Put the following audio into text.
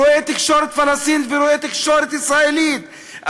רואה תקשורת פלסטינית ורואה תקשורת ישראלית,